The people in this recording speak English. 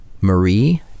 Marie